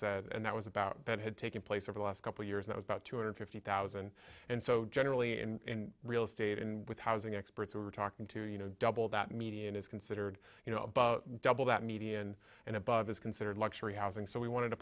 said and that was about that had taken place over the last couple years that was about two hundred fifty thousand and so generally in real estate and with housing experts we're talking to you know double that median is considered you know about double that median and above is considered luxury housing so we wanted